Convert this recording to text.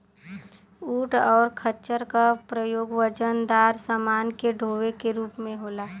ऊंट और खच्चर का प्रयोग वजनदार समान के डोवे के रूप में होला